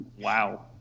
Wow